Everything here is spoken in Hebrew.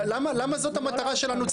למה זאת המטרה שלנו?